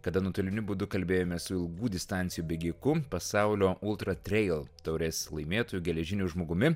kada nuotoliniu būdu kalbėjomės su ilgų distancijų bėgiku pasaulio ultratreil taurės laimėtoju geležiniu žmogumi